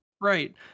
Right